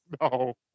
No